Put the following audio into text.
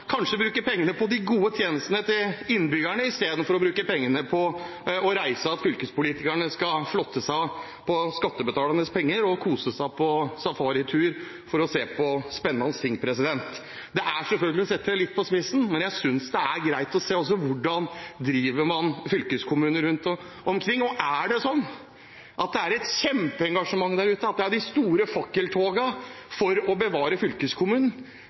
kanskje å bruke pengene på de gode tjenestene til innbyggerne i stedet for å bruke pengene på å reise – at fylkespolitikerne skal flotte seg med skattebetalernes penger og kose seg på safaritur for å se på spennende ting. Det er selvfølgelig å sette det litt på spissen, men jeg synes det er greit å se hvordan man driver fylkeskommunene rundt omkring. Og er det sånn at det er et kjempeengasjement der ute, at det er de store fakkeltogene for å bevare fylkeskommunen?